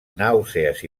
nàusees